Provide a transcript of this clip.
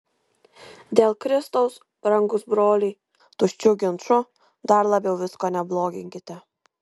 dėl kristaus brangūs broliai tuščiu ginču dar labiau visko nebloginkite